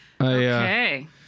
Okay